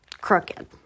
crooked